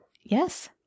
Yes